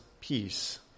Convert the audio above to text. peace